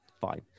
fine